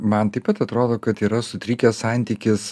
man taip pat atrodo kad yra sutrikęs santykis